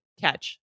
catch